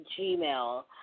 gmail